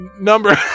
Number